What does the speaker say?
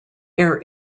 air